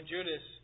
Judas